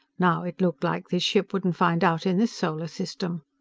now, it looked like this ship wouldn't find out in this solar system.